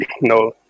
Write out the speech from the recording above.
No